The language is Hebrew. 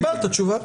קיבלת תשובה.